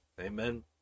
Amen